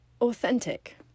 authentic